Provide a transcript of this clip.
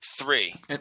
Three